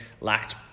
lacked